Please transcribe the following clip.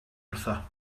wrtho